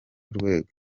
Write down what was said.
rwego